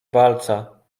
walca